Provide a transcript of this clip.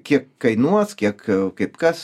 kiek kainuos kiek a kaip kas